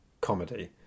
comedy